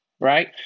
right